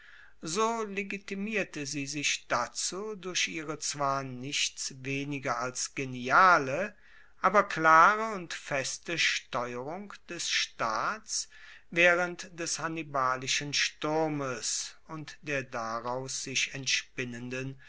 so legitimierte sie sich dazu durch ihre zwar nichts weniger als geniale aber klare und feste steuerung des staats waehrend des hannibalischen sturmes und der daraus sich